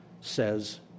says